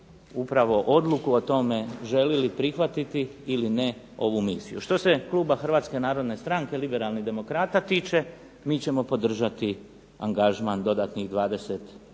upravo odluku o tome želi li prihvatiti ili ne ovu misiju. Što kluba Hrvatske narodne stranke liberalnih demokrata tiče mi ćemo podržati angažman dodatnih 20